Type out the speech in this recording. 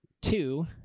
Two